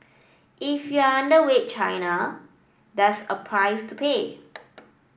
if you are underweight China that's a price to pay